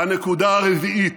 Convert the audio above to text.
והנקודה הרביעית,